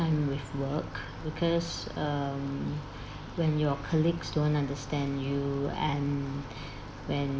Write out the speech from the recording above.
time with work because um when your colleagues don't understand you and when